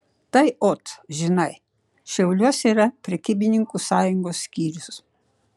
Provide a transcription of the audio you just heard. tai ot žinai šiauliuose yra prekybininkų sąjungos skyrius